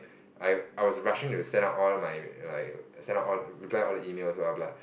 I I was rushing to send out all my my send out reply all the emails blah blah blah